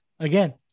Again